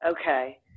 Okay